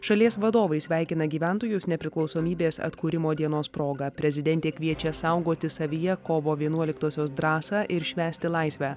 šalies vadovai sveikina gyventojus nepriklausomybės atkūrimo dienos proga prezidentė kviečia saugoti savyje kovo vienuoliktosios drąsą ir švęsti laisvę